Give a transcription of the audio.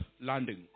Landing